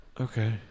Okay